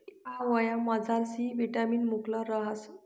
आवयामझार C vitamin मुकलं रहास